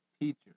teacher